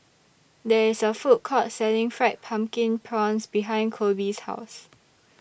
There IS A Food Court Selling Fried Pumpkin Prawns behind Koby's House